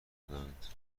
دهند